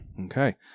Okay